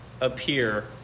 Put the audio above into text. appear